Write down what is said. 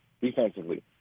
Defensively